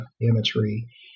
imagery